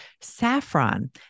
saffron